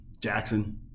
Jackson